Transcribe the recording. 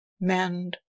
mend